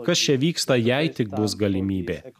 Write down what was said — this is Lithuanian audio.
kas čia vyksta jei tik bus galimybė